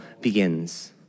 begins